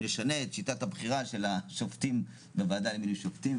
נשנה את שיטת הבחירה אצל השופטים בוועדה למינוי שופטים,